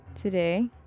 today